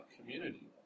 community